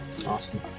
Awesome